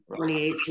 2018